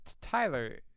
Tyler